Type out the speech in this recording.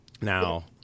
Now